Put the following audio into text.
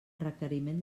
requeriment